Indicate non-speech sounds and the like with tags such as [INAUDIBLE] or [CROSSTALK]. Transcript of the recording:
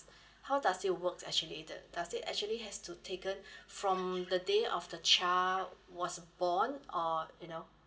[BREATH] how does it work actually does does it actually has to taken [BREATH] from the day of the child was born or you know